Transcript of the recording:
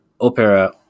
opera